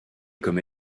comme